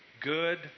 Good